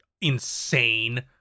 insane